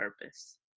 purpose